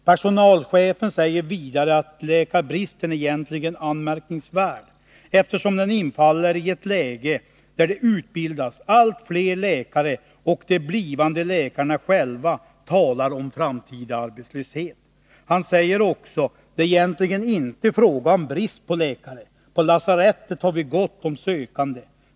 Personalchefen säger vidare att ”läkarbristen är egentligen anmärkningsvärd, eftersom den infaller i ett läge, där det utbildas allt fler läkare och de blivande läkarna själva talar om framtida arbetslös het”. Han säger också: ”Det är egentligen inte fråga om brist på läkare. På lasarettet har vi gott om sökande.